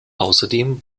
außerdem